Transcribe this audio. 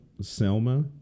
Selma